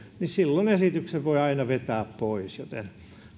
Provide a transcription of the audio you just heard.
esityksen voi aina vetää pois joten